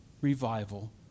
revival